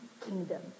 kingdom